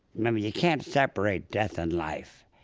mean, you can't separate death and life.